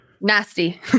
Nasty